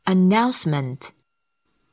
Announcement